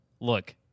look